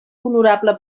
honorable